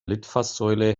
litfaßsäule